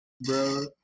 Bro